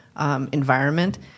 environment